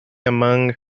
among